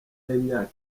y’imyaka